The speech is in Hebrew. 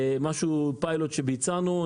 זה פיילוט שביצענו.